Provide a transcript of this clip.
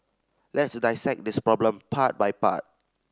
let's dissect this problem part by part